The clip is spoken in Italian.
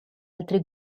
altri